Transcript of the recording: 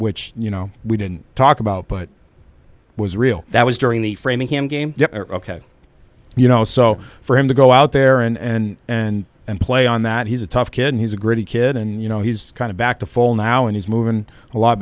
which you know we didn't talk about but it was real that was during the framingham game ok you know so for him to go out there and and and play on that he's a tough kid he's a gritty kid and you know he's kind of back to full now and he's moving a lot